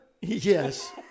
Yes